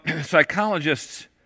psychologists